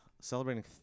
celebrating